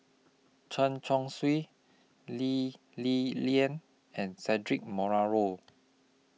Chen Chong Swee Lee Li Lian and Cedric